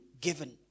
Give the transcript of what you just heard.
given